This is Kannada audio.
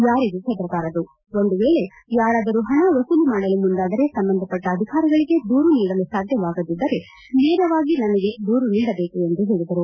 ಯಾರಿಗೂ ಹೆದರಬಾರದು ಒಂದು ವೇಳೆ ಯಾರಾದರೂ ಪಣ ವಸೂಲಿ ಮಾಡಲು ಮುಂದಾದರೆ ಸಂಬಂಧಪಟ್ಟ ಅಧಿಕಾರಿಗಳಿಗೆ ದೂರು ನೀಡಲು ಸಾಧ್ಯವಾಗದಿದ್ದರೆ ನೇರವಾಗಿ ನನಗೆ ದೂರು ನೀಡಬೇಕು ಎಂದು ಹೇಳಿದರು